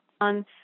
on